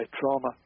trauma